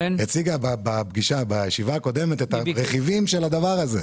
היא הציגה בישיבה הקודמת את הרכיבים של הדבר הזה.